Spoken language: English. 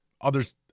Others